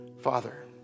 Father